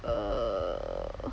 err